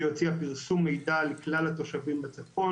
היא הוציאה פרסום מידע לכלל התושבים בצפון